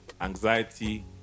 anxiety